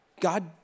God